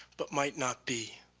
but might not be.